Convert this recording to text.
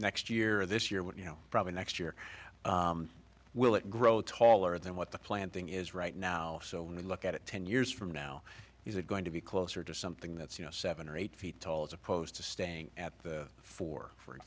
next year this year but you know probably next year will it grow taller than what the planting is right now so when we look at it ten years from now is it going to be closer to something that's you know seven or eight feet tall as opposed to staying at that for for